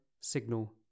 signal